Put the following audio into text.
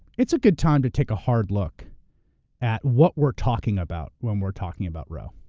it's a good time to take a hard look at what we're talking about when we're talking about roe.